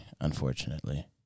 unfortunately